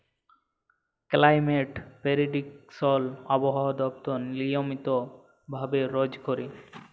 climate prediction আবহাওয়া দপ্তর নিয়মিত ভাবে রজ ক্যরে